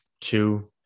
two